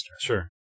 Sure